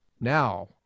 Now